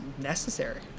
necessary